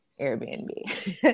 Airbnb